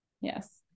Yes